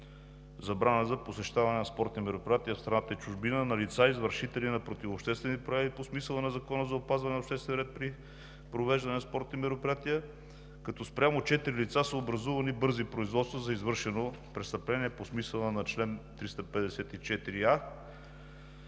забрана за посещаване на спортни мероприятия в страната и чужбина на лица извършители на противообществени прояви по смисъла на Закона за опазване на обществения ред при провеждане на спортни мероприятия, като спрямо четири лица са образувани бързи производства за извършено престъпление по смисъла на чл. 354а